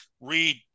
read